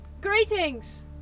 greetings